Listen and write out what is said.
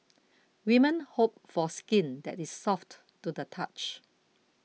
women hope for skin that is soft to the touch